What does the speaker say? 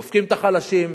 דופקים את החלשים,